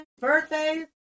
birthdays